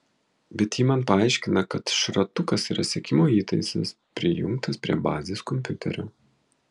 bet ji man paaiškina kad šratukas yra sekimo įtaisas prijungtas prie bazės kompiuterio